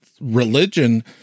religion